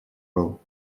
был